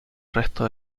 resto